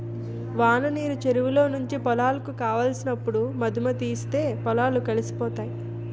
వాననీరు చెరువులో నుంచి పొలాలకు కావలసినప్పుడు మధుముతీస్తే పొలాలు కలిసిపోతాయి